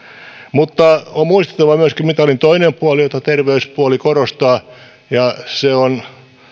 mutta on muistettava myöskin mitalin toinen puoli jota terveyspuoli korostaa ja se on